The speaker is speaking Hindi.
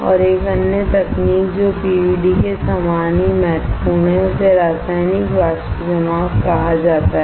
और एक अन्य तकनीक जो पीवीडी के समान ही महत्वपूर्ण है उसे रासायनिक वाष्प जमाव कहा जाता है